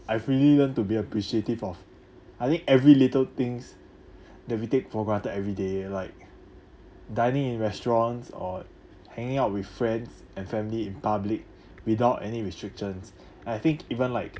I've really learned to be appreciative of I think every little things that we take for granted everyday like dining in restaurants or hanging out with friends and family in public without any restrictions I think even like